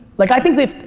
like i think that if,